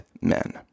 men